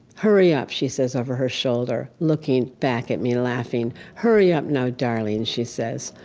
hurry up, she says, over her shoulder, looking back at me, laughing. hurry up now darling, and she says,